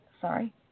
Sorry